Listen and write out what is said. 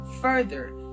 Further